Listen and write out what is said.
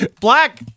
Black